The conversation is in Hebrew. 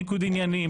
ניגוד עניינים,